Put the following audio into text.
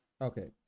Okay